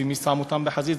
ומי שם אותם בחזית?